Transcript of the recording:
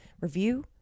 review